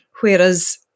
Whereas